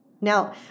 Now